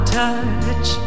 touch